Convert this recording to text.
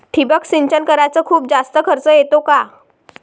ठिबक सिंचन कराच खूप जास्त खर्च येतो का?